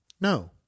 No